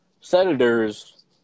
senators